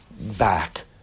back